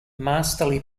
masterly